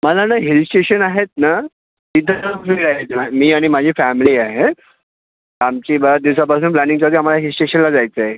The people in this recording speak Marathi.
मला ना हिल स्टेशन आहेत ना तिथं जाऊन फिरायचं आहे मी आणि माझी फॅमली आहे आमची बऱ्याच दिवसापासून प्लॅनिंग चालली आहे आम्हाला हिल स्टेशनला जायचं आहे